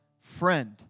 friend